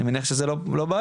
אני מניח שזו לא בעיה,